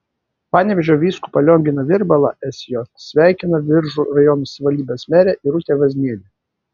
panevėžio vyskupą lionginą virbalą sj sveikina biržų rajono savivaldybės merė irutė vaznienė